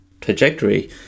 trajectory